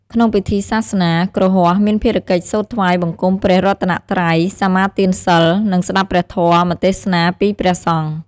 ក្នុងពិធីសាសនា គ្រហស្ថមានភារកិច្ចសូត្រថ្វាយបង្គំព្រះរតនត្រ័យ សមាទានសីល និងស្តាប់ព្រះធម្មទេសនាពីព្រះសង្ឃ។